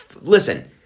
listen